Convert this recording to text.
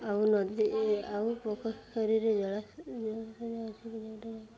ଆଉ ନଦୀ ଆଉ ପୋଖରୀରେ ଜଳାଶୟ ଆସିକି